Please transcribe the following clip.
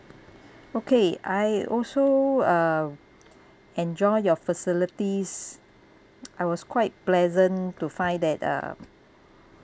okay I also uh enjoy your facilities I was quite pleasant to find that uh